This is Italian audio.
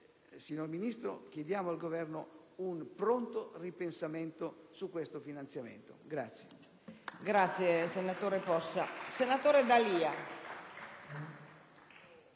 signor Ministro, chiediamo al Governo un pronto ripensamento su questo finanziamento.